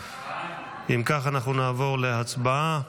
אם כך נעבור להצבעה.